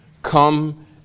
Come